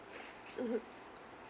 mmhmm